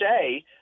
say